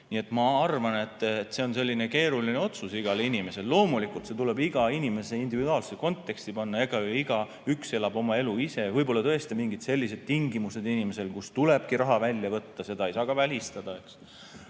ma arvan, et see on keeruline otsus igale inimesele. Loomulikult tuleb see iga inimese individuaalsesse konteksti panna ja igaüks elab oma elu ise. Võib-olla tõesti on mingid sellised tingimused inimesel, kus tulebki raha välja võtta, seda ei saa ka välistada.